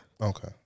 Okay